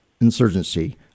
Insurgency